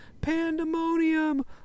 pandemonium